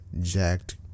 jacked